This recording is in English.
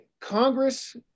Congress